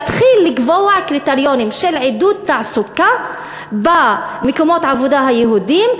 להתחיל לקבוע קריטריונים של עידוד תעסוקה במקומות העבודה היהודיים,